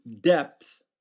depth